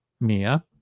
Mia